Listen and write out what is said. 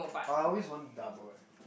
I always want double eh